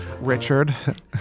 Richard